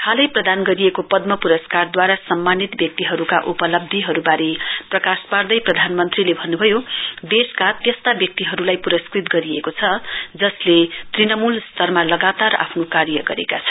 हालै प्रदान गरिएको पद्मा प्रस्कारदूवारा सम्मानित व्यक्तिहरुका उपलब्धीहरुवारे प्रकाश पार्दै प्रधानमन्त्रीले भन्न्भयो देशका त्यस्ता व्यक्तिहरुलाई प्रस्कृत गरिएको छ जसले तृणमूल स्तरमा लगातार आफ्नो कार्य गरेको छन्